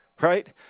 Right